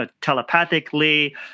telepathically